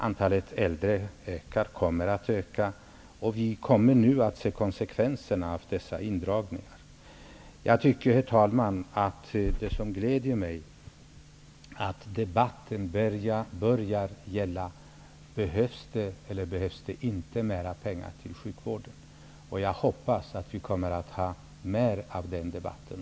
Antalet äldre kommer att öka, och vi kommer nu att se konsekvenserna av dessa indragningar. Det som gläder mig, herr talman, är att debatten börjar gälla: Behövs det eller behövs det inte mera pengar till sjukvården? Jag hoppas att vi kommer att ha mer av den debatten.